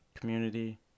community